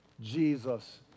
Jesus